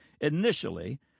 initially